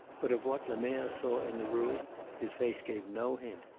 but of what lemerre saw in the room his face gave no hint.